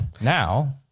Now